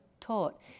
taught